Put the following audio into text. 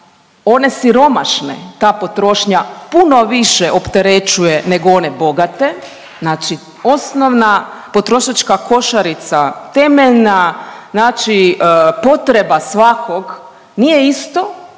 one siromašne ta potrošnja puno više opterećuje nego one bogate, znači osnovna potrošačka košarica, temeljna znači potreba svakog nije isto